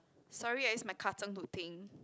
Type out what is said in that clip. sorry I use my ka-cheng to think